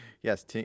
Yes